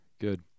good